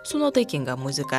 su nuotaikinga muzika